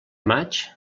maig